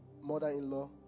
mother-in-law